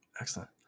Excellent